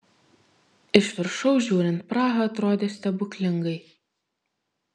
iš viršaus žiūrint praha atrodė stebuklingai